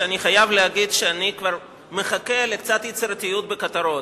ואני חייב להגיד שאני כבר מחכה לקצת יצירתיות בכותרות.